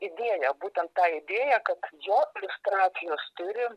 idėją būtent tą idėją kad jo iliustracijos turi